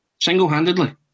single-handedly